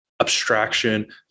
abstraction